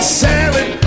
salad